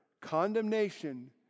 condemnation